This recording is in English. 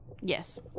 yes